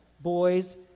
boys